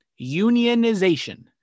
Unionization